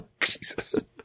Jesus